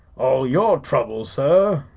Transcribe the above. all your throuble, sir?